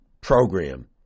program